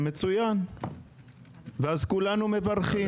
מצוין, ואז כולנו מברכים.